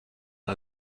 ein